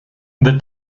the